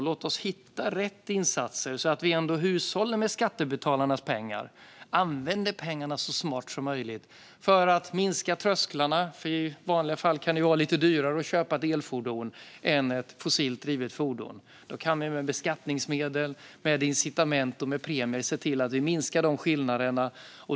Låt oss hitta rätt insatser, så att vi ändå hushållar med skattebetalarnas pengar och använder pengarna så smart som möjligt för att sänka trösklarna; i vanliga fall kan det ju vara lite dyrare att köpa ett elfordon än ett fossilt drivet fordon. Med beskattningsmedel, incitament och premier kan vi se till att minska dessa skillnader.